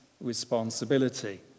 responsibility